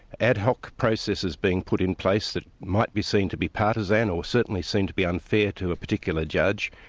ad hoc processes being put in place that might be seen to be partisan or certainly seen to be unfair to a particular judge,